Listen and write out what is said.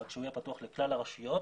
רק שהוא יהיה פתוח לכלל הרשויות.